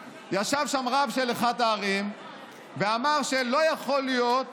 רב של אחת הערים ואמר שלא יכול להיות